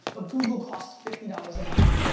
but google costs fifty dollars a month.